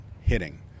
hitting